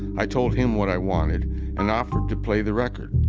i told him what i wanted and offered to play the record.